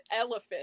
elephant